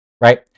right